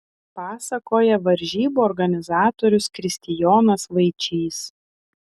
pasakoja varžybų organizatorius kristijonas vaičys